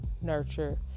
nurture